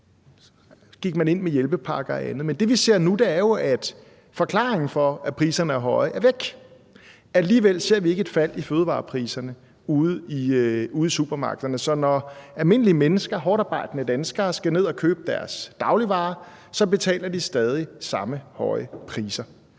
man gik ind med hjælpepakker og andet. Men det, vi ser nu, er jo, at forklaringen på, at priserne er høje, er væk. Alligevel ser vi ikke et fald i fødevarepriserne ude i supermarkederne, så når almindelige mennesker, hårdtarbejdende danskere, skal ned og købe deres dagligvarer, så betaler de stadig samme høje priser.